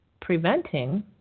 preventing